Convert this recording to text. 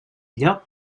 lloc